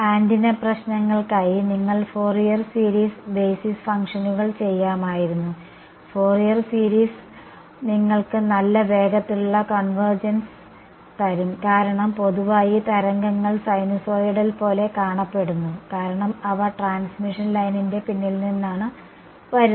antenna പ്രശ്നങ്ങൾക്കായി നിങ്ങൾക്ക് Fourier series basis ഫംഗ്ഷനുകൾ ചെയ്യാമായിരുന്നു ഫോറിയർ സീരീസ് നിങ്ങൾക്ക് നല്ല വേഗത്തിലുള്ള കോൺവെർജൻസ് തരും കാരണം പൊതുവായി തരംഗങ്ങൾ സൈനുസോയ്ഡൽ പോലെ കാണപ്പെടുന്നു കാരണം അവ ട്രാൻസ്മിഷൻ ലൈനിന്റെ പിന്നിൽ നിന്നാണ് വരുന്നത്